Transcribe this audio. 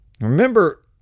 Remember